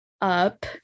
up